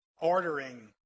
ordering